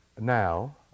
Now